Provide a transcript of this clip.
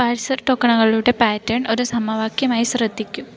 parser ടോക്കണുകളുടെ pattern ഒരു സമവാക്യമായി ശ്രദ്ധിക്കും